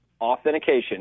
authentication